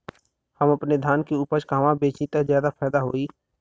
हम अपने धान के उपज कहवा बेंचि त ज्यादा फैदा होई?